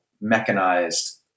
mechanized